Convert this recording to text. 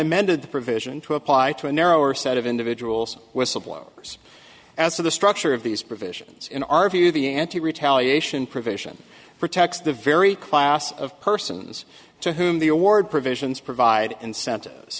amended the provision to apply to a narrower set of individuals whistleblowers as to the structure of these provisions in our view the anti retaliation provision protects the very class of persons to whom the award provisions provide incentive